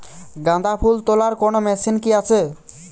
গাঁদাফুল তোলার কোন মেশিন কি আছে?